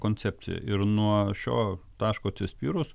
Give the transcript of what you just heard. koncepciją ir nuo šio taško atsispyrus